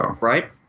Right